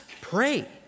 pray